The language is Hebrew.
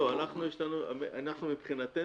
מבחינתנו,